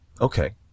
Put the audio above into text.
Okay